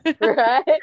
Right